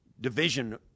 division